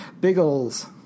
Biggles